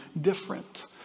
different